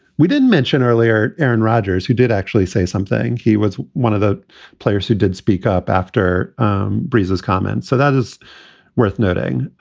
we didn't mention earlier aaron rodgers, who did actually say something. he was one of the players who did speak up after um brisas comments. so that is worth noting.